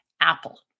Apple